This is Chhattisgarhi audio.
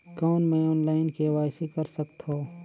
कौन मैं ऑनलाइन के.वाई.सी कर सकथव?